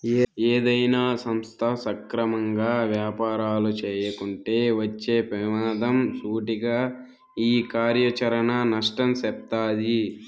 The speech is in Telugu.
ఏదైనా సంస్థ సక్రమంగా యాపారాలు చేయకుంటే వచ్చే పెమాదం సూటిగా ఈ కార్యాచరణ నష్టం సెప్తాది